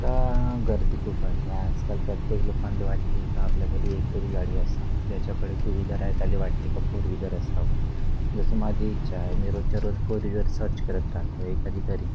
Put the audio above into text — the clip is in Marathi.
का गर्दी खूप वाढली आहे आजकाल प्रत्येक लोकांले वाटते आहे का आपल्या घरी एकतरी गाडी असावं ज्याच्याकडे टु व्हीलर आहे त्याला वाटते का फोर वीलर असावं जसं माझीही इच्छा आहे मी रोजच्या रोज फोर व्हीलर सर्च करत राहतो एखादी तरी